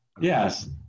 yes